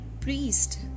priest